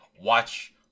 watch